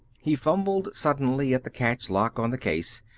he fumbled suddenly at the catch lock on the case.